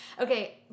Okay